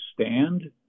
stand